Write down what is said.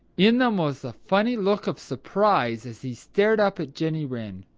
in them was a funny look of surprise as he stared up at jenny wren.